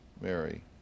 Mary